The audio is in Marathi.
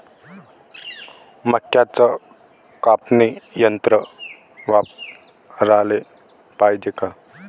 मक्क्याचं कापनी यंत्र वापराले पायजे का?